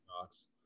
talks